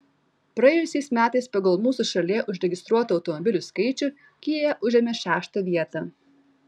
praėjusiais metais pagal mūsų šalyje užregistruotų automobilių skaičių kia užėmė šeštą vietą